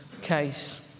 case